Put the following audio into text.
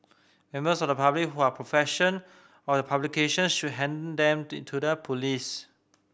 members of the public who are possession of the publication should hand them to the police